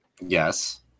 Yes